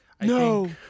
No